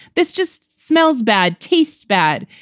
this just smells bad. tastes bad.